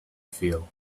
feel